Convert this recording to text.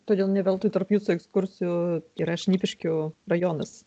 todėl ne veltui tarp jūsų ekskursijų yra šnipiškių rajonas